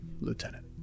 lieutenant